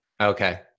Okay